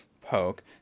Poke